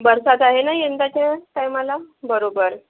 बरसात आहे ना यंदाच्या टायमाला बरोबर